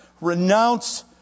renounce